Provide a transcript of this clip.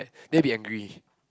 then I'll be angry